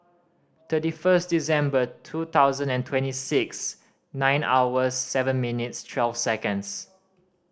thirty first December two thousand and twenty six nine hours seven minutes twelve seconds